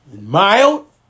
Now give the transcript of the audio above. mild